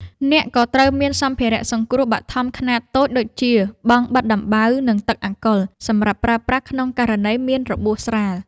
អ្នកក៏ត្រូវមានសម្ភារៈសង្គ្រោះបឋមខ្នាតតូចដូចជា បង់បិទដំបៅ និងទឹកអាល់កុល សម្រាប់ប្រើប្រាស់ក្នុងករណីមានរបួសស្រាល។